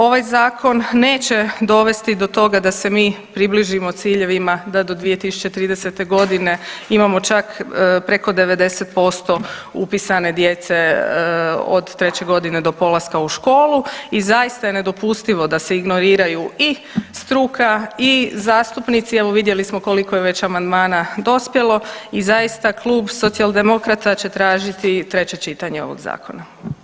Ovaj zakon neće dovesti do toga da se mi približimo ciljevima da do 2030. godine imamo čak preko 90% upisane djece od treće godine do polaska u školu i zaista je nedopustivo da se ignoriraju i struka i zastupnici, evo vidjeli smo koliko je već amandmana dospjelo i zaista Klub Socijaldemokrata će tražiti treće čitanje ovog zakona.